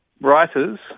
writers